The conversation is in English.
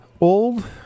old